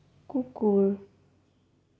কুকুৰ